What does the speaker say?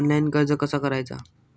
Online कर्ज कसा करायचा?